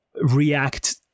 react